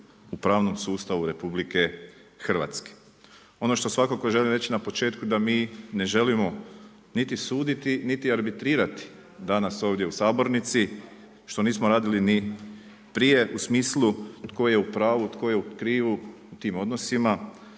u pravnom sustavu RH. Ono što svakako želim reći na početku da mi ne želimo niti suditi niti arbitrirati danas ovdje u sabornici što nismo radili ni prije u smislu tko je u pravu, tko je u krivu u tim odnosima,